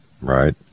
Right